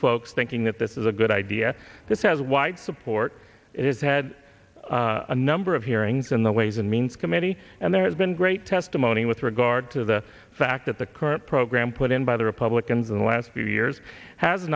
folks thinking that this is a good idea this has wide support it has had a number of hearings in the ways and means committee and there has been great testimony with regard to the fact that the current program put in by the republicans in the last few years has